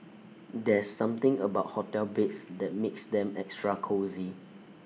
there's something about hotel beds that makes them extra cosy